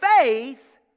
faith